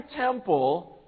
temple